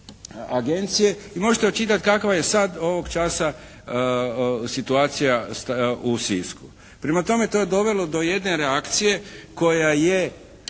agencije i možete očitati kakva je sad ovog časa situacija u Sisku. Prema tome, to je dovelo do jedne reakcije koja je,